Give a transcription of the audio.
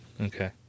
Okay